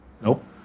Nope